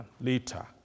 later